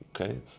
Okay